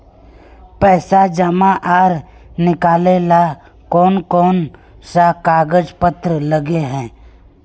पैसा जमा आर निकाले ला कोन कोन सा कागज पत्र लगे है?